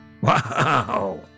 Wow